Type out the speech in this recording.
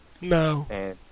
No